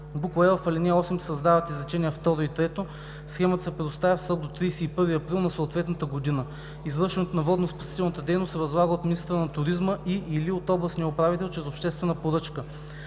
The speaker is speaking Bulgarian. е) в ал. 8 се създават изречения второ и трето: „Схемата се представя в срок до 31 април на съответната година. Извършването на водноспасителната дейност се възлага от министъра на туризма и/или от областния управител чрез обществена поръчка.“;